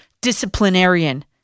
disciplinarian